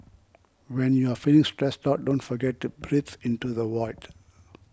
when you are feeling stressed out don't forget to breathe into the void